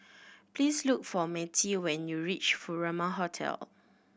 please look for Mattye when you reach Furama Hotel